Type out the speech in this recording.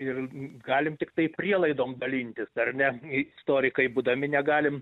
ir galim tiktai prielaidom dalintis ar ne istorikai būdami negalime